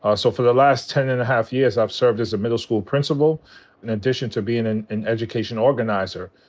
ah so for the last ten and a half years, i've served as a middle school principal in addition to bein' an education education organizer.